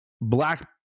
Black